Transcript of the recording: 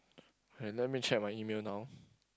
okay let me check my email now